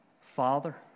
Father